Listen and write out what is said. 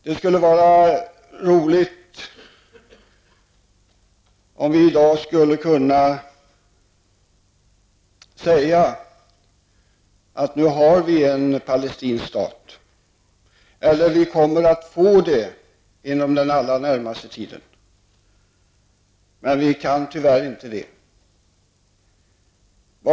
Det vore glädjande om vi i dag skulle kunna säga att vi nu har en palestinsk stat, eller att vi kommer att få det inom den allra närmaste tiden. Men vi kan tyvärr inte säga detta.